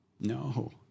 No